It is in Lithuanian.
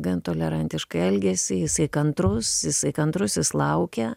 gan tolerantiškai elgėsi jisai kantrus kantrus jis laukia